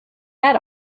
had